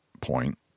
point